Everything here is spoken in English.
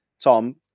Tom